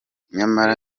nyamara